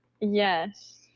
Yes